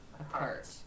apart